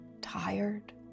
tired